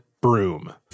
broom